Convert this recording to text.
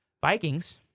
Vikings